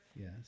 Yes